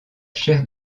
chair